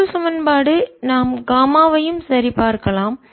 மற்றொரு சமன்பாடு நாம் காமாவையும் சரிபார்க்கலாம்